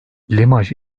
limaj